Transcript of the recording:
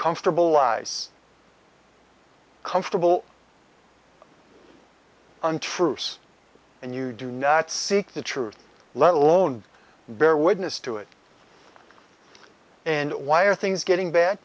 comfortable lies comfortable untruths and you do not seek the truth let alone bear witness to it and why are things getting bad